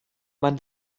man